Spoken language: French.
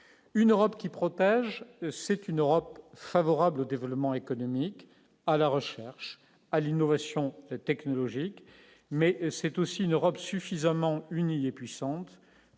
une Europe qui protège, c'est une Europe favorable au développement économique, à la recherche, à l'innovation technologique mais c'est aussi une Europe suffisamment unie et puissante